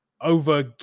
over